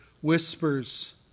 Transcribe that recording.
whispers